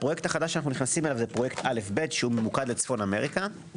הפרויקט החדש שאנו נכנסים אליו הוא פרויקט א' ב' שממוקד לצפון אמריקה.